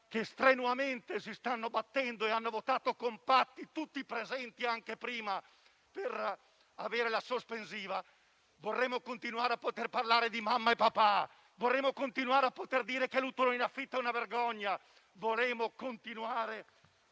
che strenuamente si stanno battendo e hanno votato compatti, tutti presenti anche prima, la questione sospensiva, vorremmo continuare a poter parlare di mamma e papà, vorremmo continuare a poter dire che l'utero in affitto è una vergogna, vorremmo continuare